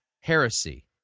heresy